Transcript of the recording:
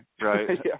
right